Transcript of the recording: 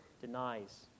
denies